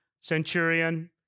centurion